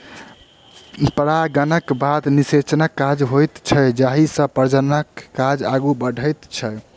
परागणक बाद निषेचनक काज होइत छैक जाहिसँ प्रजननक काज आगू बढ़ैत छै